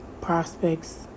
prospects